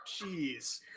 Jeez